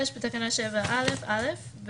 6 בתקנה 7. א.א.